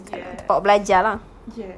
yes yes